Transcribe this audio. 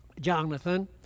Jonathan